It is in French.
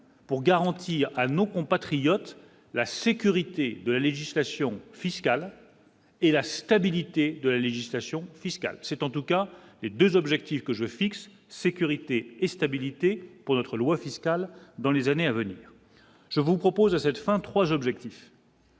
Pour garantir à nos compatriotes, la sécurité de la législation fiscale et la stabilité de la législation fiscale, c'est en tout cas les 2 objectif que je fixe : sécurité et stabilité pour notre loi fiscale dans les années à venir, je vous propose à cette fin, 3 jeux objectif.